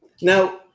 Now